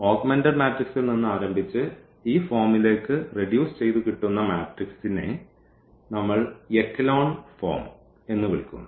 augmented മാട്രിക്സിൽ നിന്ന് ആരംഭിച്ച് ഈ ഫോമിലേക്ക് റെഡ്യൂസ് ചെയ്തു കിട്ടുന്ന മാട്രിക്സിനെ നമ്മൾ എക്കലോൺ ഫോം എന്ന് വിളിക്കുന്നു